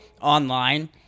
online